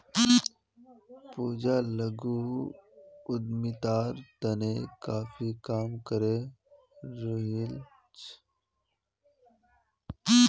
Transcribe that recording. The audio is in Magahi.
पूजा लघु उद्यमितार तने काफी काम करे रहील् छ